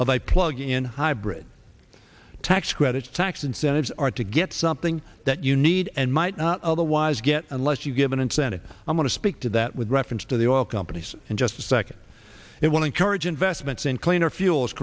of a plug in hybrid tax credits tax incentives are to get something that you need and might not otherwise get unless you give an incentive i'm going to speak to that with reference to the oil companies in just a second it will encourage investments in cleaner fuels